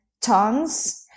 tons